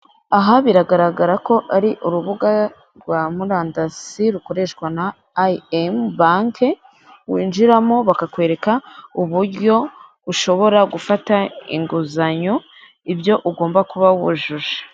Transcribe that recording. Aha biragaragara ko ari urubuga rwa murandasi rukoresha na ayi emu banke winjiramo bakakwereka uburyo ushobora gufata inguzanyo ibyo ugomba kuba wujuje.